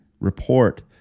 report